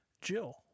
Jill